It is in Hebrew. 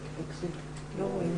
שלום.